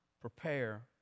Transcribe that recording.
prepare